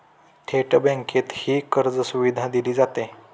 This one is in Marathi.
थेट बँकेतही कर्जसुविधा दिली जाते